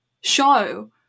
show